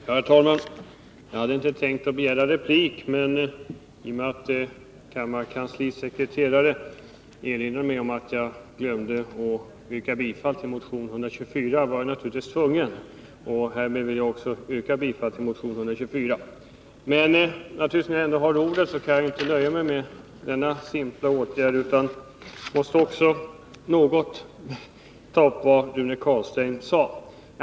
Herr talman! Jag hade inte tänkt begära replik, men när kammarens sekreterare erinrade mig om att jag glömt att yrka bifall till motion 124 var jag naturligtvis tvungen. Härmed ber jag alltså att få yrka bifall till motion 124, men när jag nu har ordet kan jag inte nöja mig med denna simpla åtgärd utan måste också något beröra vad Rune Carlstein sade.